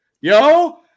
yo